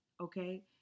okay